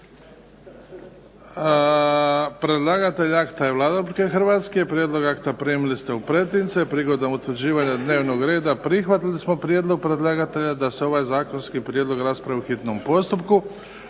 Predlagatelj akta je Vlada Republike Hrvatske. Prijedlog akta primili ste u pretince. Prigodom utvrđivanja dnevnog reda prihvatili smo prijedlog predlagatelja da se ovaj zakonski prijedlog raspravi u hitnom postupku.